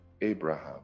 Abraham